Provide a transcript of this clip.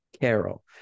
carol